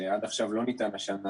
שעד עכשיו לא ניתן השנה,